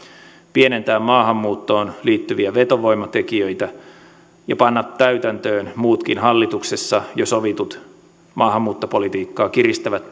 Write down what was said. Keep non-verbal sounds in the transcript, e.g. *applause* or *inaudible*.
pienentää maahanmuuttoon liittyviä vetovoimatekijöitä ja panna täytäntöön muutkin hallituksessa jo sovitut maahanmuuttopolitiikkaa kiristävät *unintelligible*